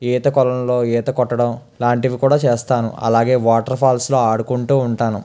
ఈత కొలనులో ఈత కొట్టడం లాంటివి కూడా చేస్తాను అలాగే వాటర్ ఫాల్సులో ఆడుకుంటూ ఉంటాను